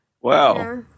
Wow